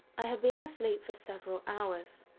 i had been asleep for several hours,